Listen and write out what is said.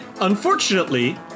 Unfortunately